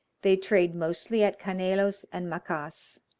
they trade mostly at canelos and macas,